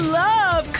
love